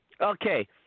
Okay